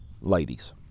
ladies